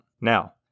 Now